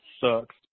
sucks